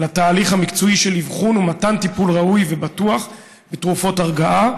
לתהליך המקצועי של אבחון ומתן טיפול ראוי ובטוח בתרופות הרגעה,